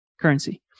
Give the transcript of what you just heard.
currency